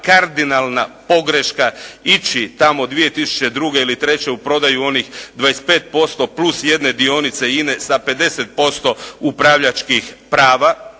kardinalna pogreška ići tamo 2002. ili 2003. u prodaju onih 25+1 dionice INA-e sa 50% upravljačkih prava,